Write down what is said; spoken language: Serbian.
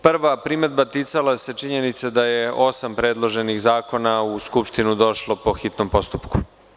Prva primedba ticala se činjenice da je osam predloženih zakona u Skupštinu došlo po hitnom postupku.